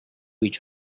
each